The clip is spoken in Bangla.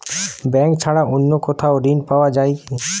ব্যাঙ্ক ছাড়া অন্য কোথাও ঋণ পাওয়া যায় কি?